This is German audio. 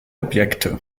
objekte